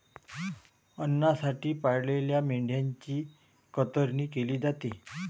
अन्नासाठी पाळलेल्या मेंढ्यांची कतरणी केली जाते